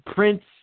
Prince